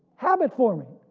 habit-forming.